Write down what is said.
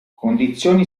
condizioni